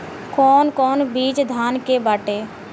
कौन कौन बिज धान के बाटे?